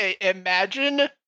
imagine